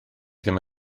ddim